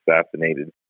assassinated